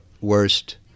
worst